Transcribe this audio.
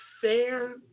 fair